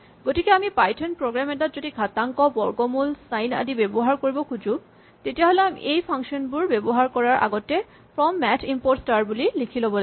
গতিকে আমি Python program এটাত যদি ঘাতাংক বৰ্গমূল ছাইন আদি ব্যৱহাৰ কৰিব খোজো তেতিয়াহ'লে আমি এই ফাংচন বোৰ ব্যৱহাৰ কৰাৰ আগতে ফৰ্ম মেথ ইমপৰ্ট স্টাৰ টো লিখিব লাগিব